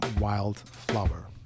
Wildflower